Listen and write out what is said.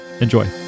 Enjoy